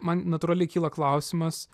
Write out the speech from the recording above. man natūraliai kyla klausimas